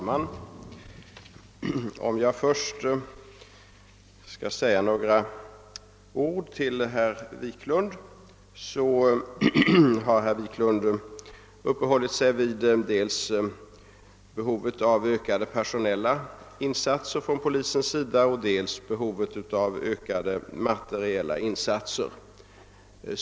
Herr talman! Först vill jag säga några ord till herr Wiklund i Stockholm. Han uppehöll sig dels vid behovet av ökade personella insatser från polisens sida och dels vid behovet av ökade materiella insatser.